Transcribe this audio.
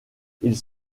ils